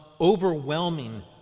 overwhelming